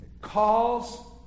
Calls